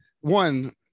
One